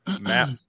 Matt